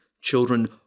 children